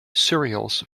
cereals